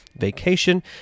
vacation